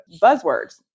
buzzwords